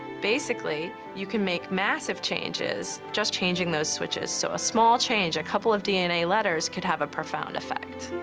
basically, you can make massive changes, just changing those switches. so a small change, a couple of d n a. letters, could have a profound effect.